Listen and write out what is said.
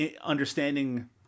understanding